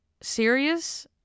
Serious